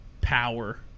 power